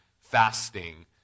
fasting